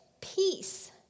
peace